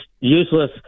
useless